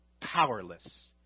powerless